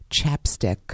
chapstick